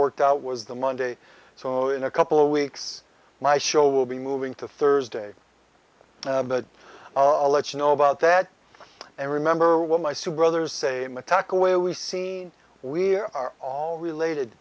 worked out was the monday so in a couple of weeks my show will be moving to thursday i'll let you know about that and remember when my super others say attack away we seen we're all related